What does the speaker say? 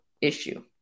issue